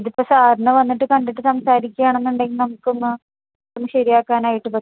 ഇതിപ്പം സാർനെ വന്നിട്ട് കണ്ടിട്ട് സംസാരിക്കയാണെന്നുണ്ടെങ്കിൽ നമുക്കൊന്ന് ഒന്ന് ശരിയാക്കാനായിട്ട് പറ്റു